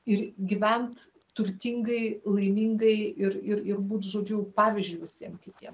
ir gyvent turtingai laimingai ir ir ir būt žodžiu pavyzdžiu visiem kitiem